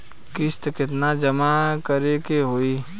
किस्त केतना जमा करे के होई?